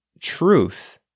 truth